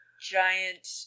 giant